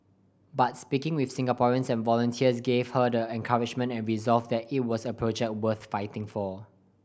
but speaking with Singaporeans and volunteers gave her the encouragement and resolve that it was a project worth fighting for